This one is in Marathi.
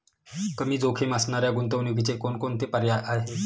कमी जोखीम असणाऱ्या गुंतवणुकीचे कोणकोणते पर्याय आहे?